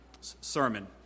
sermon